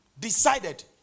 decided